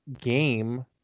game